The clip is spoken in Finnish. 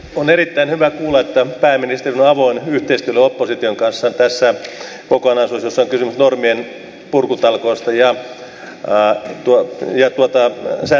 on erittäin hyvä kuulla että pääministeri on avoin yhteistyölle opposition kanssa tässä kokonaisuudessa jossa on kysymys normienpurkutalkoista ja sääntelyn purkamisesta